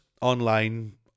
online